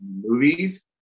movies